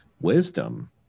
Wisdom